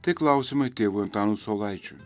tai klausimai tėvui antanui saulaičiui